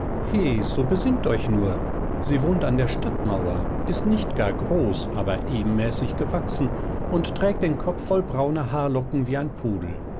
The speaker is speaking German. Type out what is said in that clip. so besinnt euch nur sie wohnt an der stadtmauer ist nicht gar groß aber ebenmäßig gewachsen und trägt den kopf voll brauner haarlocken wie ein pudel